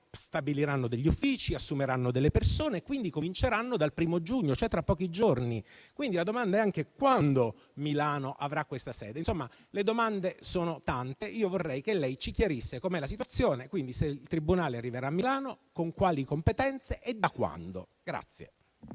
stabiliranno degli uffici e assumeranno delle persone e, quindi, cominceranno dal 1o giugno, cioè tra pochi giorni. Quindi, la domanda è anche quando Milano avrà questa sede. Insomma, le domande sono tante. Vorrei che lei ci chiarisse la situazione e, quindi, se il tribunale arriverà a Milano, con quali competenze e da quando.